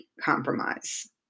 Compromise